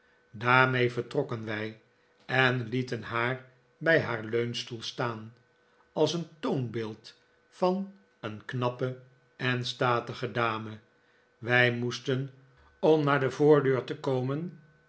daarmee vertrokken wij en lieten haar bij haar leunstoel staan als een toonbeeld van een knappe en statige dame wij moesten om naar de voordeur te komen